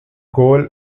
goal